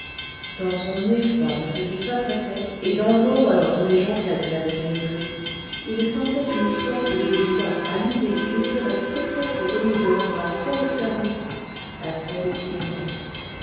dans son effroi de ce qui s'apprêtait et dans l'horreur dont les jondrette l'avaient pénétré il sentait une sorte de joie à l'idée qu'il lui serait peut-être donné de rendre un tel service à celle qu'il aimait